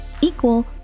equal